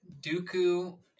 Dooku